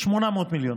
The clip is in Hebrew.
800 מיליון.